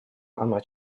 она